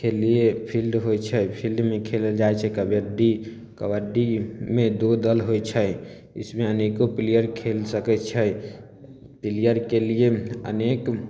खेल लिए फिल्ड होइ छै फिल्डमे खेलल जाइ छै कबड्डी कबड्डी मेड़ो दल होइ चाही इसमे अनेको प्लेयर खेल सकै छै प्लेयरके लिए अनेक